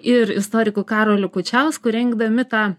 ir istoriku karoliu kučiausku rengdami tą